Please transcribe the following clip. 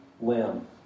limb